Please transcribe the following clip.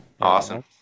Awesome